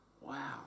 wow